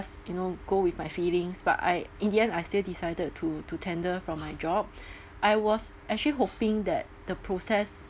just you know go with my feelings but I in the end I still decided to to tender from my job I was actually hoping that the process